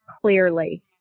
clearly